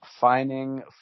finding